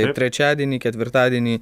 ir trečiadienį ketvirtadienį